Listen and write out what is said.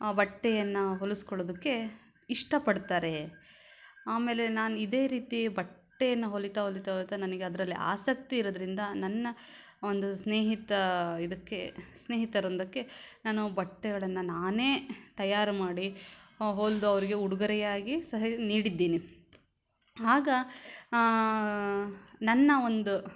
ಬಟ್ಟೆಯನ್ನು ಹೊಲಿಸ್ಕೊಳ್ಳೋದಕ್ಕೆ ಇಷ್ಟಪಡ್ತಾರೆ ಆಮೇಲೆ ನಾನು ಇದೇ ರೀತಿ ಬಟ್ಟೆಯನ್ನು ಹೊಲಿತ ಹೊಲಿತ ಹೊಲಿತ ನನಗೆ ಅದರಲ್ಲಿ ಆಸಕ್ತಿ ಇರೋದ್ರಿಂದ ನನ್ನ ಒಂದು ಸ್ನೇಹಿತ ಇದಕ್ಕೆ ಸ್ನೇಹಿತವೃಂದಕ್ಕೆ ನಾನು ಬಟ್ಟೆಗಳನ್ನು ನಾನೇ ತಯಾರು ಮಾಡಿ ಹೊಲಿದು ಅವರಿಗೆ ಉಡುಗೊರೆಯಾಗಿ ಸಹ ನೀಡಿದ್ದೀನಿ ಆಗ ನನ್ನ ಒಂದು